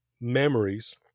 memories